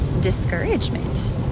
discouragement